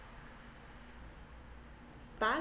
bus